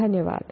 धन्यवाद